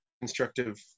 constructive